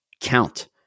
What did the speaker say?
count